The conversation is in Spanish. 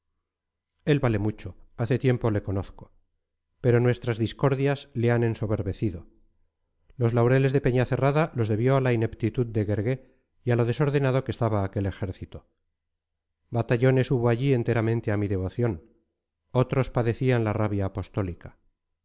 él vale mucho hace tiempo le conozco pero nuestras discordias le han ensoberbecido los laureles de peñacerrada los debió a la ineptitud de guergué y a lo desordenado que estaba aquel ejército batallones hubo allí enteramente a mi devoción otros padecían la rabia apostólica